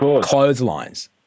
clotheslines